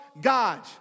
God